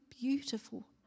beautiful